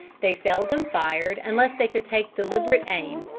they seldom fired unless they could take deliberate aim,